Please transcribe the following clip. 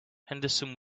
henderson